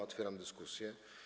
Otwieram dyskusję.